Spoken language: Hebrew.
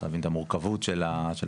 צריך להבין את המורכבות של הפרויקט.